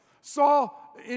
Saul